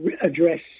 address